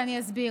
ואני אסביר.